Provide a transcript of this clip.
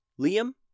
Liam